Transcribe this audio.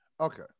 Okay